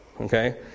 Okay